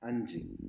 അഞ്ച്